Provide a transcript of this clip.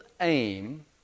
aim